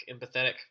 empathetic